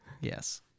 Yes